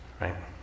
right